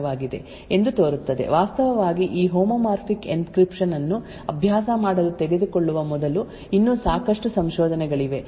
ಈಗ ಪಿಯುಎಫ್ ನಲ್ಲಿ C R P ಸಮಸ್ಯೆಯನ್ನು ಪರಿಹರಿಸಲು ಇದು ಉತ್ತಮ ಪರಿಹಾರವಾಗಿದೆ ಎಂದು ತೋರುತ್ತದೆ ವಾಸ್ತವವಾಗಿ ಈ ಹೋಮೋಮಾರ್ಫಿಕ್ ಎನ್ಕ್ರಿಪ್ಶನ್ ಅನ್ನು ಅಭ್ಯಾಸ ಮಾಡಲು ತೆಗೆದುಕೊಳ್ಳುವ ಮೊದಲು ಇನ್ನೂ ಸಾಕಷ್ಟು ಸಂಶೋಧನೆಗಳಿವೆ